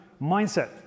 mindset